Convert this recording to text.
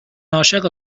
عاشق